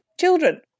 children